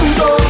go